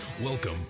Welcome